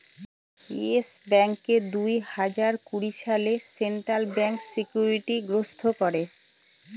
yes ব্যাঙ্ককে দুই হাজার কুড়ি সালে সেন্ট্রাল ব্যাঙ্ক সিকিউরিটি গ্রস্ত করে